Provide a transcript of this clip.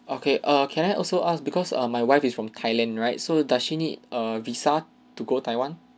okay err can I also ask because err my wife is from thailand right so does she need err visa to go taiwan